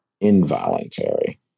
involuntary